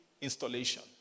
installation